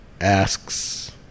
asks